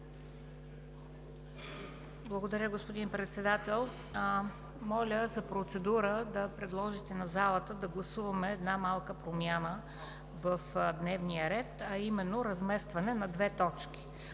Благодаря, господин Председател. Моля за процедура – да предложите на залата да гласуваме една малка промяна в дневния ред, а именно: разместване на две точки